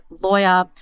lawyer